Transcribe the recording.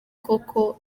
koko